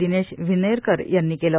दिनेश विन्हेरकर यांनी केलं